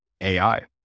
AI